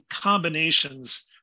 combinations